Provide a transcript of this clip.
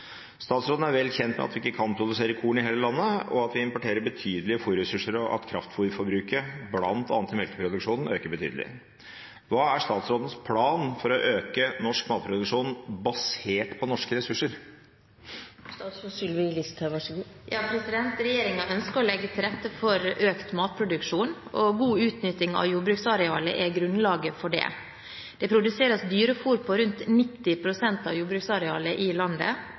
Statsråden er vel kjent med at vi ikke kan produsere korn i hele landet, at vi importerer betydelige fôrressurser og at kraftfôrforbruket bl.a. i melkeproduksjonen øker betydelig. Hva er statsrådens plan for å øke matproduksjonen, basert på norske ressurser?» Regjeringen ønsker å legge til rette for økt matproduksjon. God utnytting av jordbruksarealet er grunnlaget for det. Det produseres dyrefôr på rundt 90 pst. av jordbruksarealet i landet.